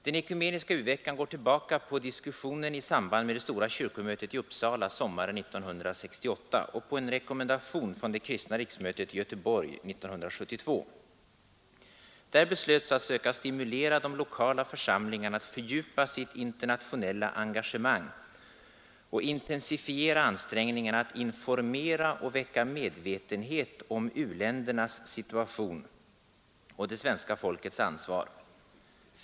Den ekumeniska u-veckan går tillbaka på diskussionen i samband med det stora kyrkomötet i Uppsala sommaren 1968 och på en rekommendation från det kristna riksmötet i Göteborg 1972. Där beslöts att söka stimulera de lokala församlingarna att fördjupa sitt internationella engagemang och intensifiera ansträngningarna att informera och väcka medvetenhet om u-ländernas situation och det svenska folkets ansvar.